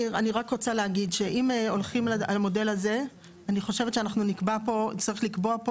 אם הולכים על המודל הזה אני חושבת שצריך לקבוע פה